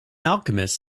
alchemist